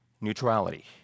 Neutrality